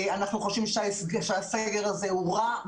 אנחנו חושבים שהסגר הזה הוא רע,